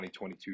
2022